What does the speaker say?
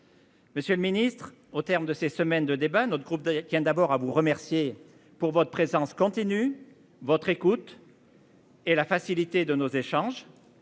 Monsieur le Ministre, au terme de ces semaines de débats. Notre groupe d'ailleurs tiens d'abord à vous remercier pour votre présence continue votre écoute.-- Et la facilité de nos échanges.